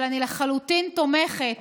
אבל אני לחלוטין תומכת